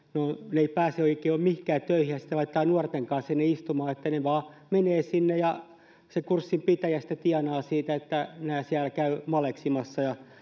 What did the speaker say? eivät pääse oikein mihinkään töihin ja sitten heidät laitetaan nuorten kanssa sinne istumaan he vain menevät sinne ja se kurssin pitäjä sitten tienaa siitä että he siellä käyvät maleksimassa